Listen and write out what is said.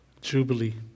jubilee